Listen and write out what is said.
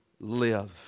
live